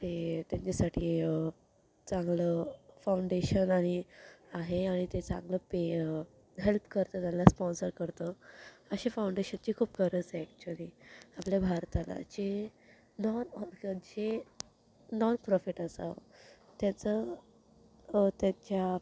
ते त्यांच्यासाठी चांगलं फाऊंडेशन आणि आहे आणि ते चांगलं पेय हेल्प करतं त्यांना स्पॉन्सर करतं अशा फाऊंडेशनची खूप गरज आहे ॲक्चुअल्ली आपल्या भारताला जे नॉन जे नॉन प्रॉफिट असं त्यांचं त्याच्या